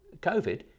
COVID